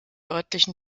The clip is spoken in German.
örtlichen